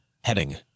Heading